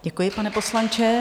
Děkuji, pane poslanče.